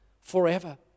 forever